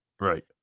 Right